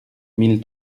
mille